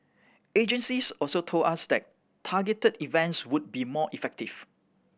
agencies also told us that targeted events would be more effective